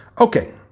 okay